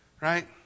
Right